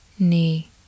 Knee